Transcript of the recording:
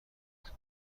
کوچک